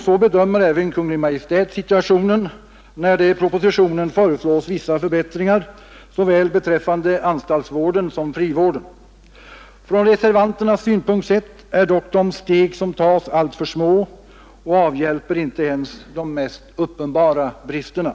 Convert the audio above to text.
Så bedömer även Kungl. Maj:t situationen, när det i propositionen föreslås vissa förbättringar beträffande såväl anstaltsvården som frivården. Från reservanternas synpunkt sett är dock de steg som tas alltför små och avhjälper inte ens de mest uppenbara bristerna.